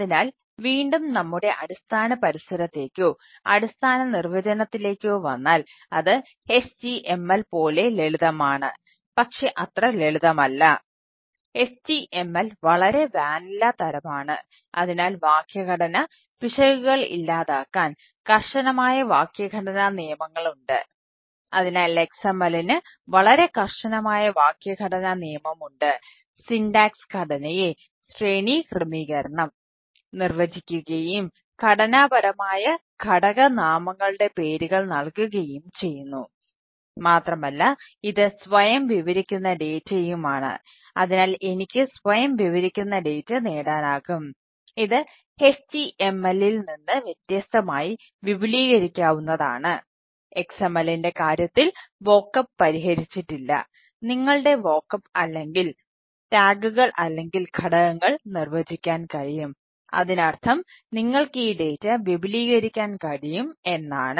അതിനാൽ വീണ്ടും നമ്മുടെ അടിസ്ഥാന പരിസരത്തേക്കോ അടിസ്ഥാന നിർവചനത്തിലേക്കോ വന്നാൽ അത് HTML പോലെ ലളിതമാണ് പക്ഷേ അത്ര ലളിതമല്ല HTML വളരെ വാനില വിപുലീകരിക്കാൻ കഴിയും എന്നാണ്